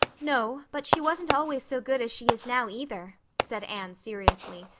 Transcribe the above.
no but she wasn't always so good as she is now either, said anne seriously.